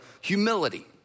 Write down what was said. humility